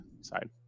side